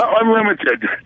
Unlimited